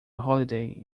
holiday